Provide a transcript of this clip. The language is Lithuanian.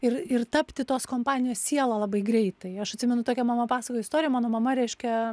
ir ir tapti tos kompanijos siela labai greitai aš atsimenu tokią mama pasakojo istoriją mano mama reiškia